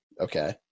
Okay